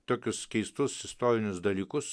tokius keistus istorinius dalykus